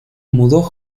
mudó